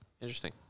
Interesting